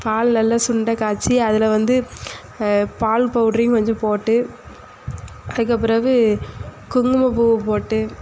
பால் நல்லா சுண்ட காய்ச்சி அதில் வந்து பால் பவுடரையும் கொஞ்சம் போட்டு அதுக்குப் பிறகு குங்குமப்பூ போட்டு